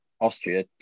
Austria